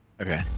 Okay